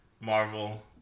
Marvel